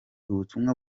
ubutumwa